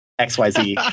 XYZ